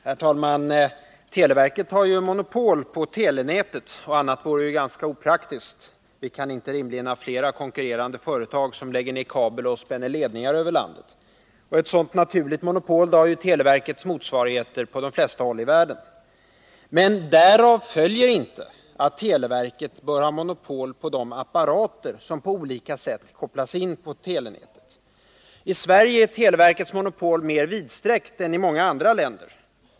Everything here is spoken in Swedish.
Herr talman! Televerket har ju monopol på telenätet. Något annat vore ganska opraktiskt. Vi kan inte rimligen ha flera konkurrerande företag som lägger ner kabel och spänner ledningar över landet. Ett sådant naturligt monopol har televerkets motsvarigheter på de flesta håll i världen. Men därav följer inte att televerket bör ha monopol på de apparater som på olika sätt kopplas in på telenätet. I Sverige är televerkets monopol mer vidsträckt än i många andra länder.